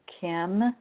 Kim